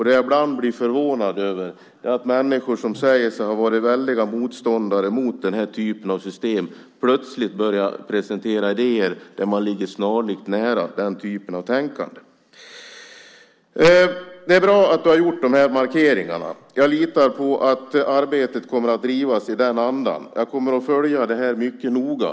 Det jag ibland blir förvånad över är att människor som säger sig ha varit väldiga motståndare till den typen av system plötsligt börjar presentera snarlika idéer, där man ligger nära den typen av tänkande. Det är bra att du har gjort de här markeringarna. Jag litar på att arbetet kommer att drivas i den andan. Jag kommer att följa frågan mycket noga.